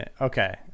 Okay